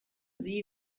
sie